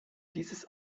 dieses